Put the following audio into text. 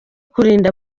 kurinda